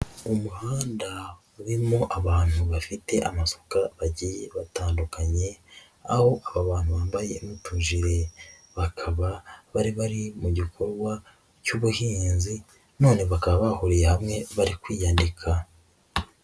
Umuhanda urimo abantu bafite amasuka bagiye batandukanye aho aba bantu bambaye n'utujiri none bakaba bari bari mu gikorwa cy'ubuhinzi none bakaba bahuriye hamwe bari kwiyandika.